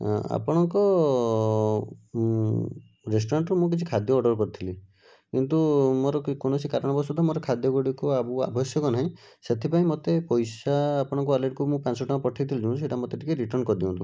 ଆପଣଙ୍କ ରେଷ୍ଟୁରାଣ୍ଟ୍ ରୁ ମୁଁ କିଛି ଖାଦ୍ୟ ଅର୍ଡ଼ର୍ କରିଥିଲି କିନ୍ତୁ କୌଣସି କାରଣ ବଶତଃ ମୋର ଖାଦ୍ୟଗୁଡ଼ିକ ଆବଶ୍ୟକ ନାହିଁ ସେଥିପାଇଁ ମୋତେ ପଇସା ଆପଣଙ୍କ ୱାଲେଟ୍ କୁ ମୁଁ ପାଞ୍ଚଶହ ଟଙ୍କା ପଠେଇଥିଲି ଯୋଉ ସେଇଟା ମୋତେ ଟିକିଏ ରିଟର୍ଣ୍ଣ କରିଦିଅନ୍ତୁ